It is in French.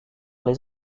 les